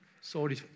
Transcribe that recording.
Sorry